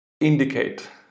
indicate